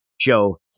Joe